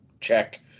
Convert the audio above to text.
check